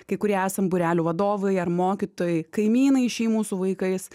kai kurie esam būrelių vadovai ar mokytojai kaimynai šeimų su vaikais